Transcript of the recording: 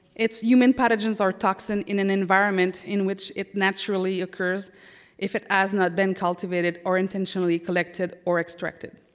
its human pathogen or toxin in an environment in which it naturally occurs if it has not been cultivated or intentionally collected or extracted.